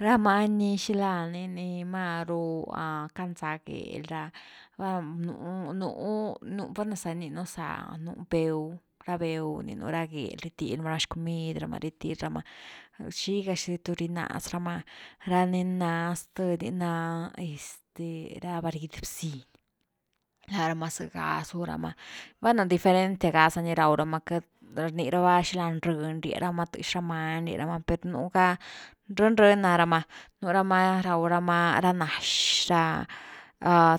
Ra many ni xila ni-ni maru canzá gel ra bueno, nú-nú val’na za ninu za nú béw, ra béw ni nú ra gelrithil ma ra xcomid rama rithil rama xiga zy tu rinaz rama ra ni na zth ni na este rabargid bznin, lá rama zega zú rama, bueno diferente gaza ni raw rama rni raba xila ni rëny rie rama tëx ra many rni raba per nú ra, breni-breni ná rama, nú rama raw rama ra nax ra